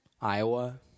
Iowa